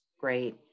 Great